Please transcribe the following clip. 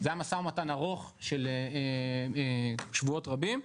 זה היה משא ומתן ארוך של שבועות רבים.